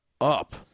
up